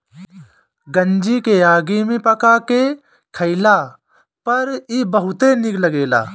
गंजी के आगी में पका के खइला पर इ बहुते निक लगेला